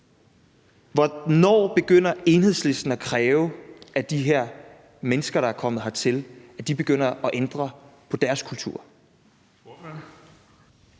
Hvornår begynder Enhedslisten at kræve, at de her mennesker, der er kommet hertil, begynder at ændre på deres kultur?